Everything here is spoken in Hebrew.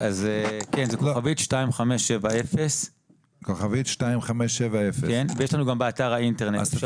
זה כוכבית 2570. יש לנו גם באתר האינטרנט.